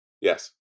Yes